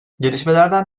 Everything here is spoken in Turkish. gelişmelerden